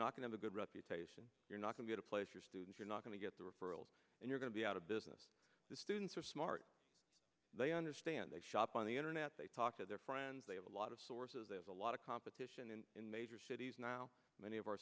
to good reputation you're not going to place your students you're not going to get the referral and you're going to be out of business the students are smart they understand they shop on the internet they talk to their friends they have a lot of sources there's a lot of competition and in major cities now many of our